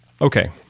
Okay